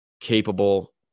capable